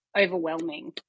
overwhelming